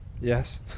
Yes